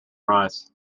rice